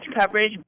coverage